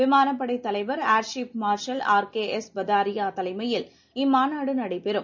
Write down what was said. விமானப்படை தலைவர் air chief marshal R K S Bhadauria தலைமையில் இம்மாநாடு நடைபெறும்